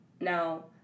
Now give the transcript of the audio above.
Now